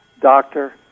Doctor